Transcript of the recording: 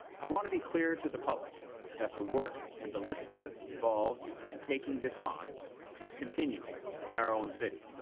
i want to be clear to the public that the work and the listening involved in taking this on is continuing in our own city.